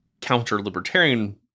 counter-libertarian